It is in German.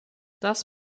das